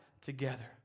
together